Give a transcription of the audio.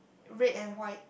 red and white